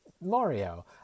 Mario